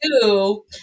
two